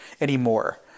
anymore